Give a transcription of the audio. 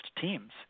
teams